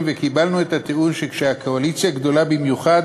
וקיבלנו את הטיעון שכשהקואליציה גדולה במיוחד